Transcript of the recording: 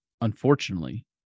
unfortunately